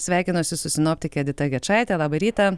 sveikinuosi su sinoptike edita gečaite laba rytą